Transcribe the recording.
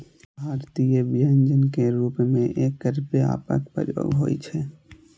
भारतीय व्यंजन के रूप मे एकर व्यापक प्रयोग होइ छै